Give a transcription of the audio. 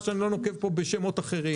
ואתה יכול לעשות גם פר גיאוגרפיה.